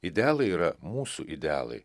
idealai yra mūsų idealai